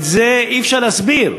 את זה אי-אפשר להסביר,